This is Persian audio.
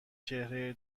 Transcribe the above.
چهره